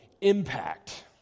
impact